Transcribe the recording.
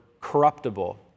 corruptible